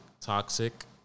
toxic